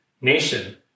Nation